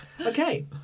Okay